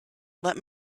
let